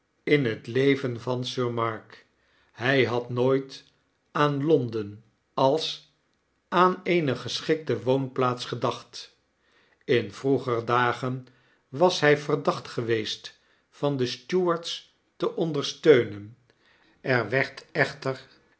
in het leven van sir mark hy had nooit aan londen als aan eene geschikte woonplaats gedacht in vroeger dagen was hij verdacht geweest van de stuarts te ondersteunen er werd echter